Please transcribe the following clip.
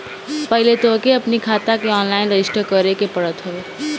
पहिले तोहके अपनी खाता के ऑनलाइन रजिस्टर करे के पड़त हवे